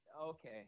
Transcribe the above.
okay